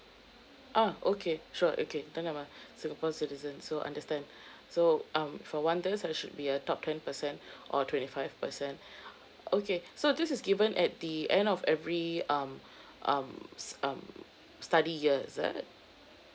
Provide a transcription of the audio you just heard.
ah okay sure okay then I'm a singapore citizen so understand so um for I should be a top ten percent or twenty five percent okay so this is given at the end of every um um s~ um study year is it